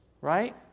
right